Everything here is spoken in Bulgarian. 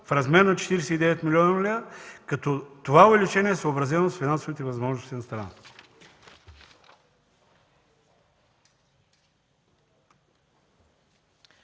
в размер на 49 млн. лв. Това увеличение е съобразено с финансовите възможности на страната.